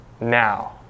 now